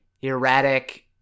erratic